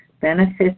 Benefits